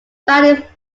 found